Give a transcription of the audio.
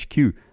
HQ